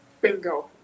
Bingo